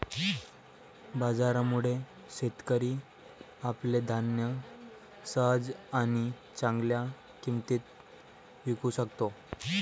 बाजारामुळे, शेतकरी आपले धान्य सहज आणि चांगल्या किंमतीत विकू शकतो